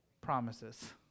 promises